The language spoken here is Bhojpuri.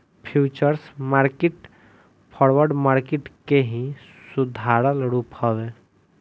फ्यूचर्स मार्किट फॉरवर्ड मार्किट के ही सुधारल रूप हवे